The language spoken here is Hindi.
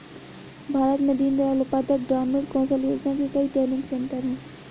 भारत में दीन दयाल उपाध्याय ग्रामीण कौशल योजना के कई ट्रेनिंग सेन्टर है